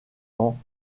ans